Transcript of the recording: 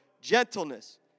gentleness